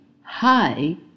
hi